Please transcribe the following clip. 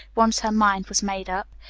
once her mind was made up.